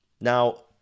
Now